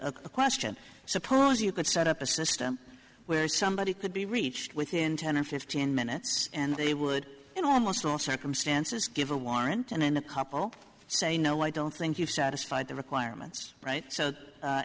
a question suppose you could set up a system where somebody could be reached within ten or fifteen minutes and they would in almost all circumstances give a warrant and then a couple say no i don't think you've satisfied the requirements right so